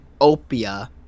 opia